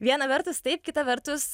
viena vertus taip kita vertus